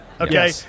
Okay